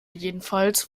jedenfalls